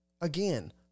Again